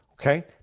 Okay